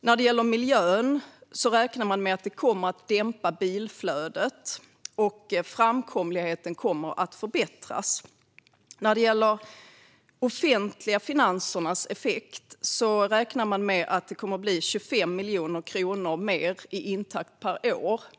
När det gäller miljön är beräkningen att det kommer att dämpa bilflödet och att framkomligheten kommer att förbättras. När det gäller effekten på de offentliga finanserna är beräkningen att det kommer att bli 25 miljoner kronor mer i intäkter per år.